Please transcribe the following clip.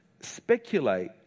speculate